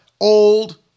old